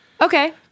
Okay